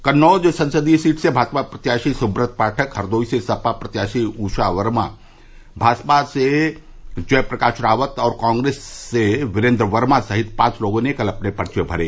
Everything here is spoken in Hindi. कन्नौज संसदीय सीट से भाजपा प्रत्याशी सुव्रत पाठक हरदोई से सपा प्रत्याशी ऊषा वर्मा भाजपा से जय प्रकाश रावत और कांग्रेस से वीरेन्द्र वर्मा सहित पांच लोगों ने कल अपने पर्चे भरे